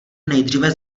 nejdříve